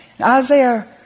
Isaiah